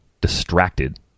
distracted